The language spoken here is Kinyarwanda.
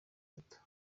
bitanu